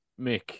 Mick